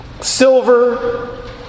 Silver